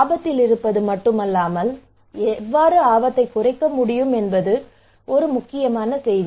ஆபத்தில் இருப்பது மட்டுமல்லாமல் அவர்கள் எவ்வாறு ஆபத்தை குறைக்க முடியும் என்பது ஒரு முக்கியமான செய்தி